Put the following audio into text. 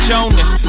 Jonas